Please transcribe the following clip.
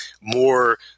more